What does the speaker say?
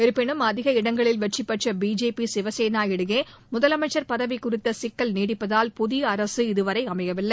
இருப்பினும் அதிக இடங்களில் வெற்றிபெற்ற பிஜேபி சிவசேனா இடையே முதலனமச்சர் பதவி குறித்த சிக்கல் நீடிப்பதால் புதிய அரசு இதுவரை அமையவில்லை